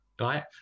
right